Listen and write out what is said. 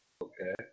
Okay